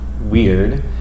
weird